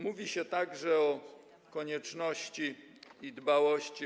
Mówi się także o konieczności i dbałości.